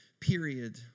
period